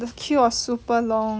the queue was super long